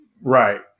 right